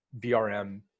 VRM